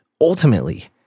ultimately